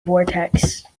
vortex